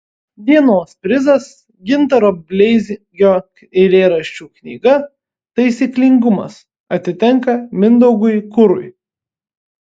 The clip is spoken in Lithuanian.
dienos prizas gintaro bleizgio eilėraščių knyga taisyklingumas atitenka mindaugui kurui